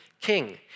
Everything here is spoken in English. king